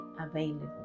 available